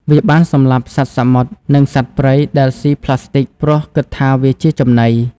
វាបានសម្លាប់សត្វសមុទ្រ និងសត្វព្រៃដែលសុីប្លាស្ទិក ព្រោះគិតថាវាជាចំណី។